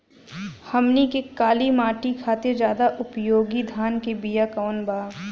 हमनी के काली माटी खातिर ज्यादा उपयोगी धान के बिया कवन बा?